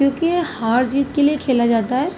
کیونکہ یہ ہار جیت کے لیے کھیلا جاتا ہے